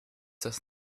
das